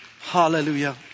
Hallelujah